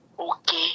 Okay